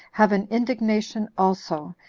have an indignation also,